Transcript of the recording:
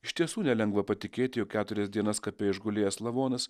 iš tiesų nelengva patikėti jog keturias dienas kape išgulėjęs lavonas